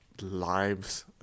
lives